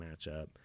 matchup